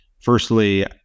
Firstly